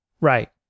Right